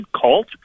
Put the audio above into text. cult